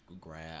grab